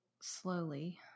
slowly